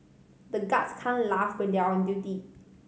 the guards can't laugh when they are on duty